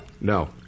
No